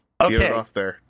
Okay